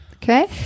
Okay